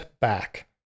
back